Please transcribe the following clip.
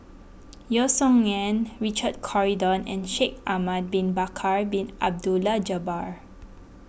Yeo Song Nian Richard Corridon and Shaikh Ahmad Bin Bakar Bin Abdullah Jabbar